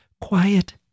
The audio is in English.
quiet